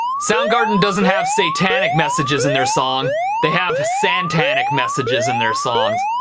soundgarden doesn't have satanic messages in their song they have santanic messages in their song.